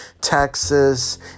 Texas